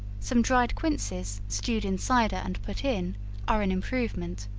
some dried quinces stewed in cider and put in are an improvement.